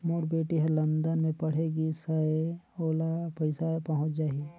मोर बेटी हर लंदन मे पढ़े गिस हय, ओला पइसा पहुंच जाहि?